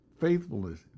faithfulness